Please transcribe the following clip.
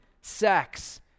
sex